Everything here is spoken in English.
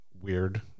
weird